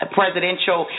presidential